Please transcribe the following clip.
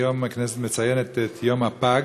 היום הכנסת מציינת את יום הפג.